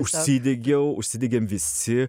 užsidegiau užsidegėm visi